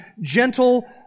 gentle